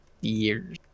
years